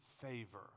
favor